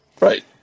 Right